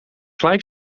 gelijk